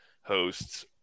hosts